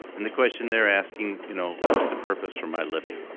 and the question they're asking, you know what's the purpose for my living?